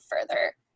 further